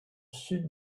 sud